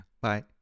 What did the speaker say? Bye